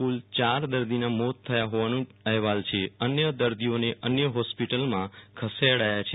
કુલ ચાર દર્દીના મોત થયા હોવાના અહેવાલ છે અન્ય દર્દીઓને અન્ય હોસ્પીટલમાં ખસેડાયા છે